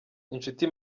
inshuti